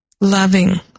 loving